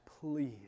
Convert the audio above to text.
please